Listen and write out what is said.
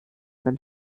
ein